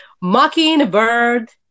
Mockingbird